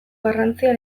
garrantzia